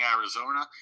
Arizona